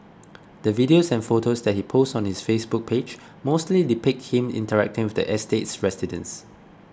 the videos and photos that he posts on his Facebook page mostly depict him interacting with the estate's residents